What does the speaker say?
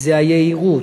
זה היהירות,